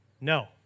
No